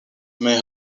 may